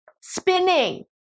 spinning